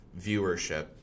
viewership